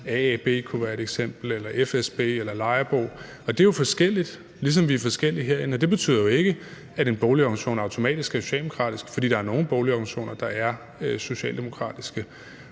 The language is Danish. AAB kunne være et eksempel eller fsb eller Lejerbo. Det er jo forskelligt, ligesom vi er forskellige herinde, og det betyder ikke, at en boligorganisation automatisk er socialdemokratisk, fordi der er nogle boligorganisationer, der er socialdemokratiske.